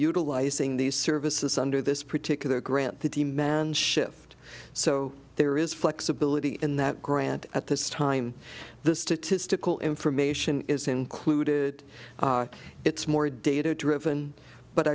utilizing these services under this particular grant the demand shift so there is flexibility in that grant at this time the statistical information is included it's more data driven but